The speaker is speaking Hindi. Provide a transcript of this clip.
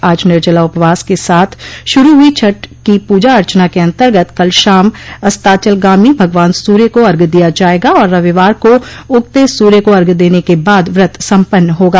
आज निर्जला उपवास क साथ शुरू हुई छठ की पूजा अर्चना के अन्तर्गत कल शाम अस्ताचलगामी भगवान सूर्य को अर्घ्य दिया जायेगा और रविवार को उगते सूर्य को अर्घ्य देने के बाद व्रत सम्पन्न होगा